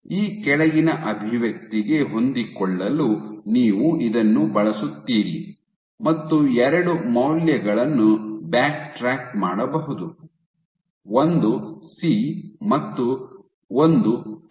ಈ ಕೆಳಗಿನ ಅಭಿವ್ಯಕ್ತಿಗೆ ಹೊಂದಿಕೊಳ್ಳಲು ನೀವು ಇದನ್ನು ಬಳಸುತ್ತೀರಿ ಮತ್ತು ಎರಡು ಮೌಲ್ಯಗಳನ್ನು ಬ್ಯಾಕ್ಟ್ರಾಕ್ ಮಾಡಬಹುದು ಒಂದು ಸಿ ಮತ್ತು ಒಂದು ಟೌ